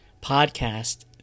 podcast